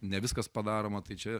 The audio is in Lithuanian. ne viskas padaroma tai čia